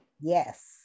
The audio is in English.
Yes